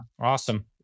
Awesome